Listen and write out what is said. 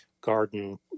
garden